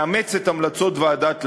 לאמץ את המלצות ועדת לנדס.